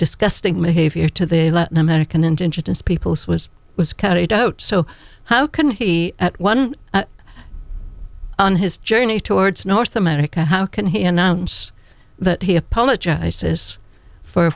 disgusting behavior to the latin american indigenous peoples was was carried out so how can he at one on his journey towards north america how can he announce that he apologizes for